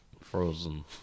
Frozen